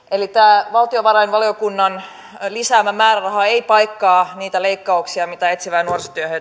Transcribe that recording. eli tämä valtiovarainvaliokunnan lisäämä määräraha ei paikkaa niitä leikkauksia mitä etsivään nuorisotyöhön